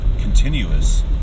continuous